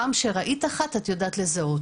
פעם שראית אחת, את יודעת לזהות